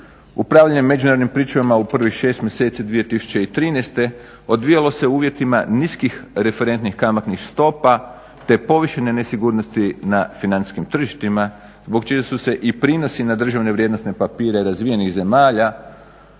Upravljanje međunarodnim pričuvama u prvih šest mjeseci 2013.odvijalo se u uvjetima niskih referentnih kamatnih stopa te povišene nesigurnosti na financijskim tržištima zbog čega su se i prinosi na državne vrijednosne papire razvijenih zemalja